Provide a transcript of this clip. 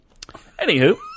Anywho